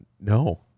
No